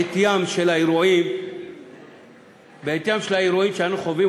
בעטיים של האירועים שאנו חווים,